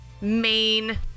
main